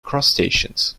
crustaceans